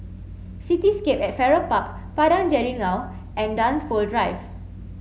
Cityscape at Farrer Park Padang Jeringau and Dunsfold Drive